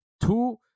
two